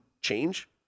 change